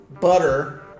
butter